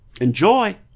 Enjoy